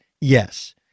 Yes